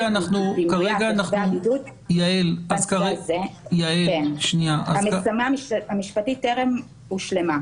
עליו חב הבידוד --- יעל --- המשימה המשפטית טרם הושלמה.